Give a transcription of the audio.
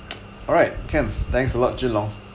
alright can thanks a lot jun long